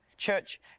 Church